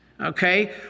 okay